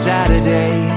Saturday